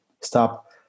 stop